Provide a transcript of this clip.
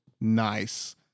nice